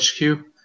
HQ